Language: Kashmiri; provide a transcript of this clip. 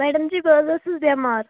میڈم جی بہٕ حظ ٲسٕس بٮ۪مار